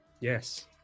yes